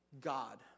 God